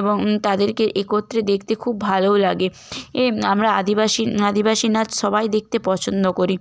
এবং তাদেরকে একত্রে দেখতে খুব ভালোও লাগে এ আমরা আদিবাসী আদিবাসী নাচ সবাই দেখতে পছন্দ করি